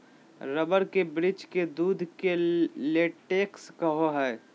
rubber के वृक्ष के दूध के लेटेक्स कहो हइ